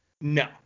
No